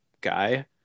guy